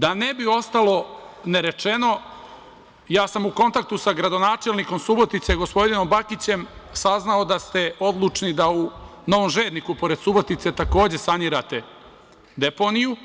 Da ne bi ostalo nerečeno, ja sam u kontaktu sa gradonačelnikom Subotice, gospodinom Bakićem, saznao da ste odlučni da u Novom Žedniku, pored Subotice, takođe sanirate deponiju